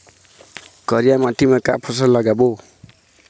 करिया माटी म का फसल लगाबो?